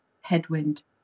headwind